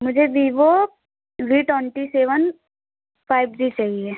मुझे Vivo twenty seven five G चाहिए